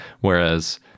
whereas